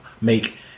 make